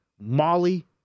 Molly